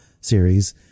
series